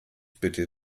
bitte